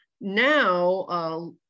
Now